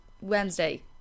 Wednesday